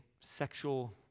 sexual